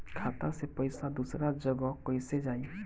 खाता से पैसा दूसर जगह कईसे जाई?